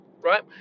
right